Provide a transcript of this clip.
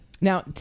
Now